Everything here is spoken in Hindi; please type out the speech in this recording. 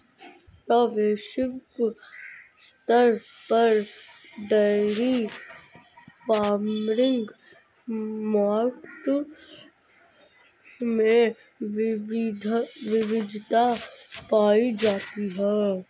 क्या वैश्विक स्तर पर डेयरी फार्मिंग मार्केट में विविधता पाई जाती है?